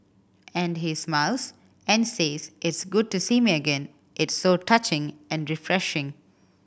and he smiles and says it's good to see me again it's so touching and refreshing